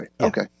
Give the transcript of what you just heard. Okay